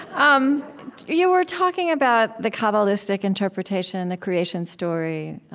um you were talking about the kabbalistic interpretation, the creation story,